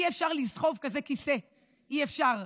אי-אפשר לסחוב כזה כיסא, אי-אפשר,